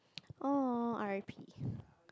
!aw! R_I_P